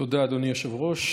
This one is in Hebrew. תודה, אדוני היושב-ראש.